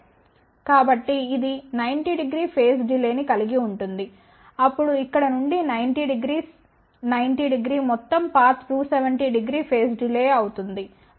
కాబట్టి ఇది 900 phase delay ని కలిగి ఉంటుంది అప్పుడు ఇక్కడ నుండి 900 900 మొత్తం పాత్ 2700 ఫేజ్ డిలే అవుతుంది